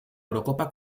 eurocopa